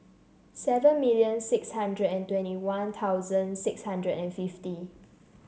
seven million six hundred and twenty One Thousand six hundred and fifty